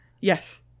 Yes